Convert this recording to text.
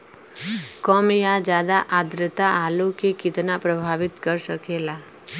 कम या ज्यादा आद्रता आलू के कितना प्रभावित कर सकेला?